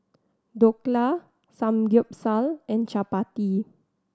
Dhokla Samgyeopsal and Chapati